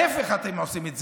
ההפך אתם עושים,